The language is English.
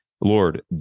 Lord